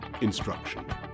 instruction